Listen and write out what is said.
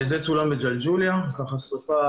זה צולם בג'לג'וליה, שריפה